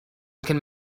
can